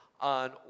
on